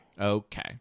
Okay